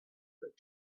that